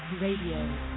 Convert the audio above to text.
Radio